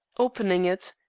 opening it,